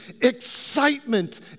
excitement